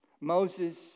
Moses